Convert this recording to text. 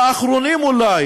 האחרונים אולי